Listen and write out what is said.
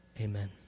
Amen